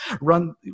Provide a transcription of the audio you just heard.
run